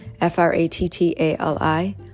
F-R-A-T-T-A-L-I